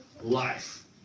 life